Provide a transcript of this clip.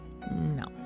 No